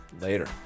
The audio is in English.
later